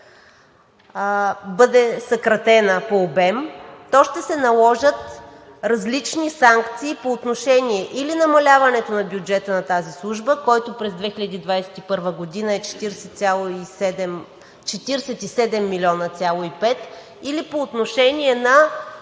бъде съкратена по обем, то ще се наложат различни санкции по отношение или намаляването на бюджета на тази служба, който през 2021 г. е 47,5 милиона, или по отношение на